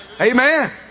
Amen